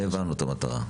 זה הבנו את המטרה.